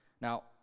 Now